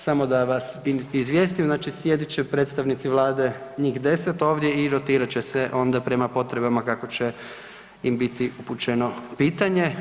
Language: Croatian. Samo da vas izvijestim, znači sjedit će predstavnici Vlade njih 10 ovdje i rotirat će se onda prema potrebama kako će im biti upućeno pitanje.